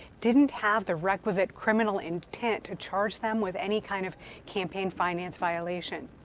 didn't have the requisite criminal intent to charge them with any kind of campaign finance violation.